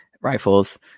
rifles